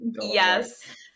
Yes